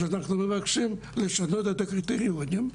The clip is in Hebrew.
אז אנחנו מבקשים לשנות את הקריטריונים.